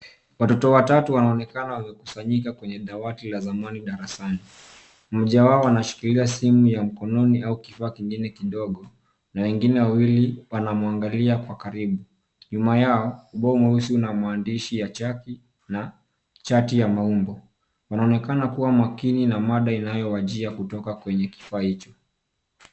Watoto watatu wanaonekana wamekusanyika kwenye dawati la zamani darasani. Mmoja wao anashikilia simu ya mkononi, au kifaa kingine kidogo, na wengine wawili wanamuangalia kwa karibu. Nyuma yao, ubao mweusi una maandishi ya chaki, na chati ya maumbo. Wanaonekana kuwa makini na mada inayowajia kutoka kwenye kifaa hicho.